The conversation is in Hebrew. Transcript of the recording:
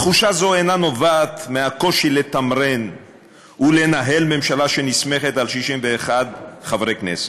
תחושה זו אינה נובעת מהקושי לתמרן ולנהל ממשלה שנסמכת על 61 חברי כנסת,